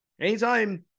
Anytime